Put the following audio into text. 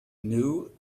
knew